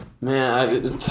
man